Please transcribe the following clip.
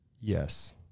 Yes